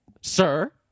Sir